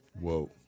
Whoa